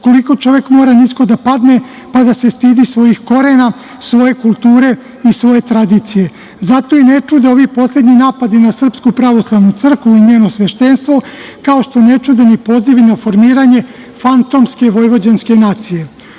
Koliko čovek mora nisko da padne, a da se stidi svojih korena, svoje kulture i svoje tradicije. Zato i ne čude ovi poslednji napadi na SPC i njeno sveštenstvo, kao što ne čude i pozivi na formiranje fantomske vojvođanske nacije. Ono